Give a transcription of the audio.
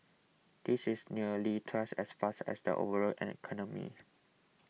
this is nearly twice as fast as the overall economy